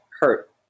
hurt